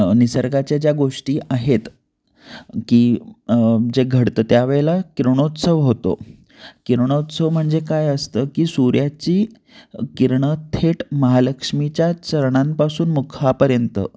निसर्गाच्या जे गोष्टी आहेत की जे घडतं त्यावेळेला किरणोत्सव होतो किरणोत्सव म्हणजे काय असतं की सूर्याची किरणं थेट महालक्ष्मीच्या चरणांपासून मुखापर्यंत